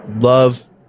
love